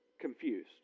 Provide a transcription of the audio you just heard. confused